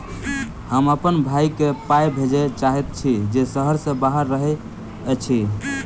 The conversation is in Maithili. हम अप्पन भयई केँ पाई भेजे चाहइत छि जे सहर सँ बाहर रहइत अछि